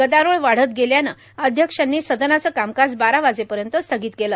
गदारोळ वाढत गेल्यानं अध्यक्षांनी सदनाचं कामकाज बारावाजेपर्यंत स्थगित केलं